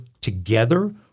together